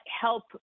help